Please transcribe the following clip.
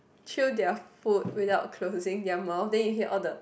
chew their food without closing their mouth then you hear all the